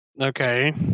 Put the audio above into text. okay